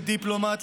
לדיפלומט,